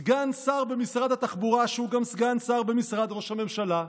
סגן שר במשרד התחבורה שהוא גם סגן שר במשרד ראש הממשלה,